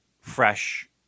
fresh